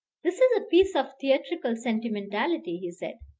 this is a piece of theatrical sentimentality, he said.